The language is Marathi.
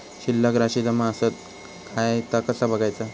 शिल्लक राशी जमा आसत काय ता कसा बगायचा?